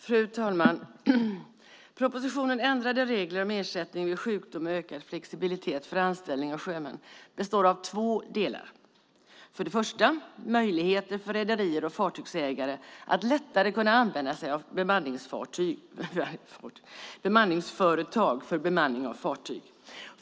Fru talman! Propositionen Ändrade regler om ersättning vid sjukdom och ökad flexibilitet för anställning av sjömän består av två delar. För det första handlar den om möjligheten för rederier och fartygsägare att lättare kunna använda sig av bemanningsföretag för bemanning av fartyg.